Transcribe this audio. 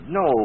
no